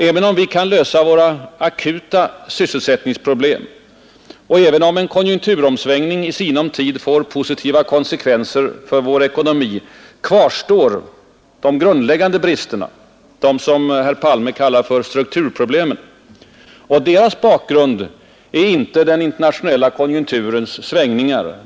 Även om vi kan lösa våra mest akuta sysselsättningsproblem och även om en konjunkturomsvängning i sinom tid får positiva konsekvenser för vår ekonomi, kvarstår dess grundläggande brister — de som herr Palme kallar för strukturproblemen. Deras bakgrund är inte den internationella konjunkturens svängningar.